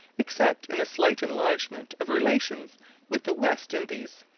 except in a slight enlargement of relations with the west indies.